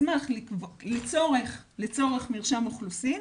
לצורך מרשם האוכלוסין,